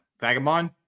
Vagabond